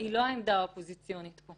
אבל הבושה והחרפה היא לא העמדה האופוזיציונית פה.